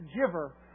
giver